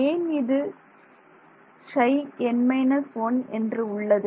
ஏன் இது Ψn−1 என்று உள்ளது